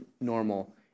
normal